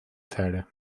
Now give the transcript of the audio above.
teile